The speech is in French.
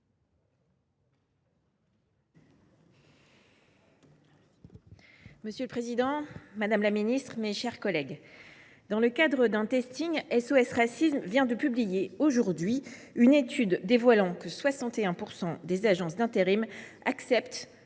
Monsieur le président, madame la ministre, mes chers collègues, dans le cadre d’un, SOS Racisme a publié ce jour même une étude dévoilant que 61 % des agences d’intérim acceptaient